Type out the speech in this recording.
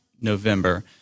November